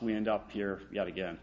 we end up here yet again